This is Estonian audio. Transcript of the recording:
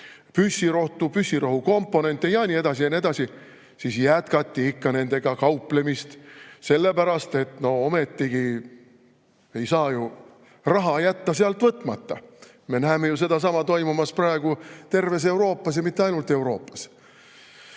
püssirohtu, püssirohu komponente ja nii edasi ja nii edasi, jätkati ikka nendega kauplemist. Sellepärast, et no ometigi ei saa ju jätta sealt raha võtmata. Me näeme sedasama toimumas praegu terves Euroopas, ja mitte ainult Euroopas.